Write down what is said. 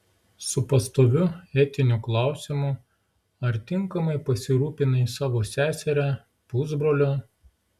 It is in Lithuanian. su pastoviu etiniu klausimu ar tinkamai pasirūpinai savo seseria pusbroliu